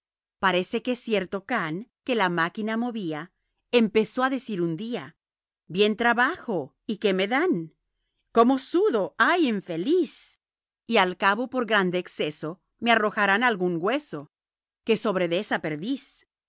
parece que cierto can que la máquina movía empezó a decir un día bien trabajo y qué me dan cómo sudo ay infeliz y al cabo por grande exceso me arrojarán algún hueso que sobre